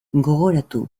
gogoratu